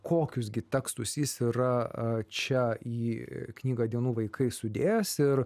kokius gi tekstus jis yra čia į knygą dienų vaikai sudėjęs ir